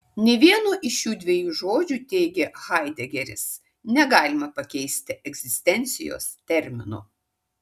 nė vieno iš šių dviejų žodžių teigia haidegeris negalima pakeisti egzistencijos terminu